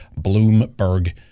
Bloomberg